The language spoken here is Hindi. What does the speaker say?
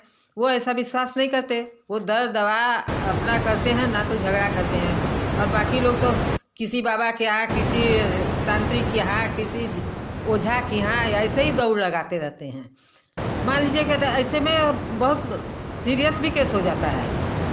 वह ऐसा विश्वास नहीं करते वह दर्द दवा अपना करते हैं ना तो झगड़ा करते हैं और बाकी लोग तो किसी बाबा के यहाँ किसी तांत्रिक के यहाँ किसी ओझा के यहाँ या ऐसे ही दौड़ लगाते रहते हैं मान लीजिए की ऐसे में बहुत सीरियस भी केस हो जाता है